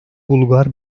bulgar